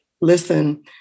listen